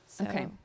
Okay